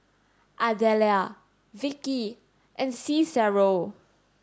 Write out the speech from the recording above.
Ardelia Vicky and Cicero